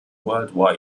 world